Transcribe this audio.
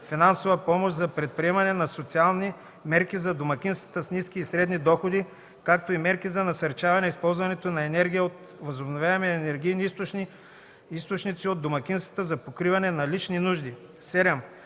финансова помощ за предприемане на социални мерки за домакинствата с ниски и средни доходи, както и мерки за насърчаване използването на енергия от възобновяеми енергийни източници от домакинствата за покриване на лични нужди; 7.